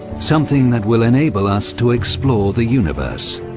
something that will enable us to explore the universe,